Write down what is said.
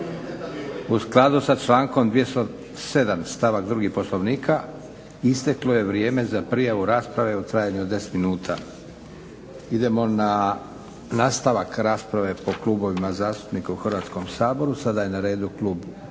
u skladu sa člankom 207.stavak 2. Poslovnika isteklo je vrijeme za prijavu rasprave u trajanju od 10 minuta. Idemo na nastavak rasprave po klubovima zastupnika u Hrvatskom saboru. Sada je na redu Klub